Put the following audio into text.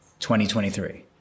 2023